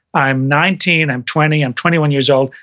i'm nineteen, i'm twenty, i'm twenty one years old,